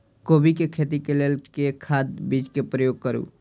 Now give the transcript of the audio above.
कोबी केँ खेती केँ लेल केँ खाद, बीज केँ प्रयोग करू?